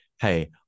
Hey